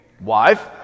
wife